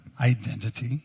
identity